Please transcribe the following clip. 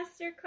masterclass